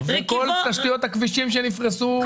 וכל תשתיות הכבישים שנפרסו נעשו בעבר.